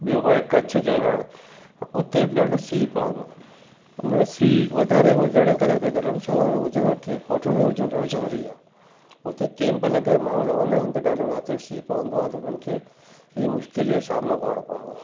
ॿियो आहे कच्छ जो रण हुते बि ॾाढो सीउ पवंदो आहे अन सीउ वधारे हुजण करे धर्मशालाऊं जो हुजण हॉटलुनि जो हुजण ॾाढो ज़रूरी आहे उते केम्प लॻाए माण्हू रहंदा आहिनि त ॾाढो राति जो सीउ पवंदो आहे त उन्हनि खे बि मुश्केली जो सामिनो करिणो पवंदो आहे